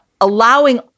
allowing